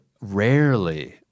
rarely